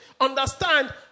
understand